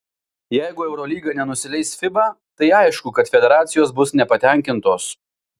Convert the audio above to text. jeigu eurolyga nenusileis fiba tai aišku kad federacijos bus nepatenkintos